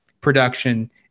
production